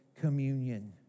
communion